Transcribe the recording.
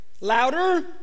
louder